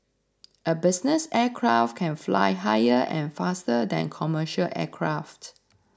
a business aircraft can fly higher and faster than commercial aircraft